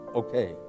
okay